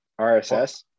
RSS